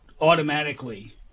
automatically